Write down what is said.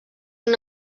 una